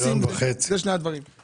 אני שואל מה עושים עם שני הדברים האלה.